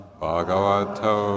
Bhagavato